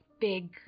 big